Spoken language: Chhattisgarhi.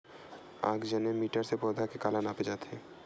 आकजेनो मीटर से पौधा के काला नापे जाथे?